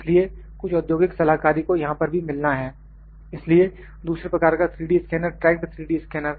इसलिए कुछ औद्योगिक सलाहकारी को यहां पर भी मिलना है इसलिए दूसरे प्रकार का 3D scanner tracked 3D scanner